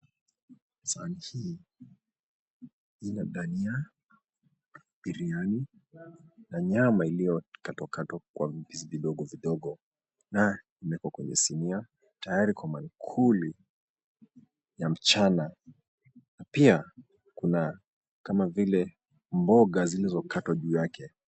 Sahani hii ina bajia, biriani na nyama iliyokatwa kwa vizi vidogo na imewekwa kwenye sinia tayari kwa maankuli ya mchana na pia kuna kama vile mboga zilizokatwa juu yake.